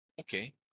okay